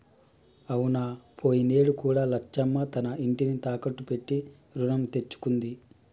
అవునా పోయినేడు కూడా లచ్చమ్మ తన ఇంటిని తాకట్టు పెట్టి రుణం తెచ్చుకుంది